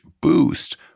boost